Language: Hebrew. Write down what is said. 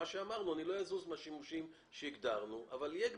לא אזוז מהשימושים שהגדרנו, אבל תהיה גמישות.